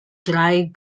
dry